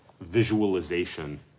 visualization